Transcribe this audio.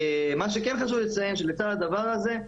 מה שכן חשוב לי לציין לצד הדבר הזה,